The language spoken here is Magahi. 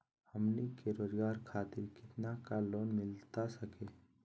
हमनी के रोगजागर खातिर कितना का लोन मिलता सके?